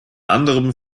anderem